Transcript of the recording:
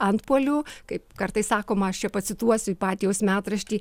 antpuolių kaip kartais sakoma aš čia pacituosiu ipatijaus metraštį